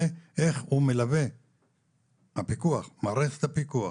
ואיך מערכת הפיקוח